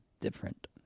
different